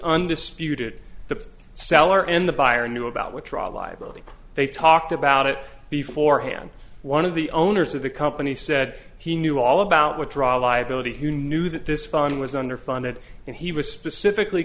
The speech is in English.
undisputed the seller and the buyer knew about withdrawal liability they talked about it before hand one of the owners of the company said he knew all about withdrawal liability who knew that this fund was under funded and he was specifically